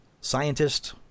scientist